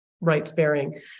rights-bearing